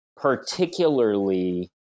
particularly